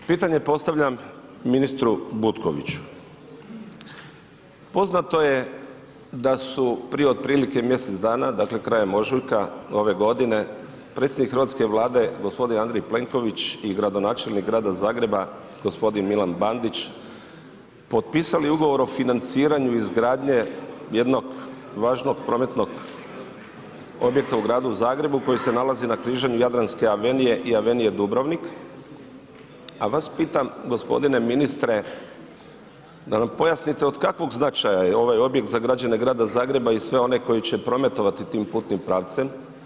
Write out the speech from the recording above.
Pitanje postavljam ministru Butkoviću, poznato je da su otprilike, mjesec dana, dakle, krajem ožujka ove godine, predsjednik hrvatske Vlade, gospodin Andrej Plenković i gradonačelnik Grada Zagreba, gospodin Milan Bandić, potpisali ugovor o financiranju i izgradnje, jednog važnog prometnog objekta u Gradu Zagrebu, koji se nalazi na križanju Jadranske avenije i Avenije Dubrovnik, a vas pitam gospodine ministre, da nam pojasnite, od kakvog značaja je ovaj objekt za građane Grada Zagreba i sve one koji će prometovati tim putnim pravcem.